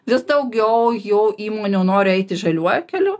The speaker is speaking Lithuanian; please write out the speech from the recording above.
vis daugiau jau įmonių nori eiti žaliuoju keliu